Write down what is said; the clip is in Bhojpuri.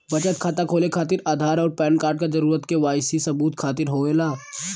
बचत खाता खोले खातिर आधार और पैनकार्ड क जरूरत के वाइ सी सबूत खातिर होवेला